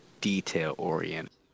detail-oriented